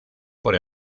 por